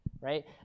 right